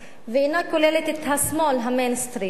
ואינה כוללת את השמאל המיינסטרים.